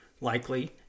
likely